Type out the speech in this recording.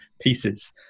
pieces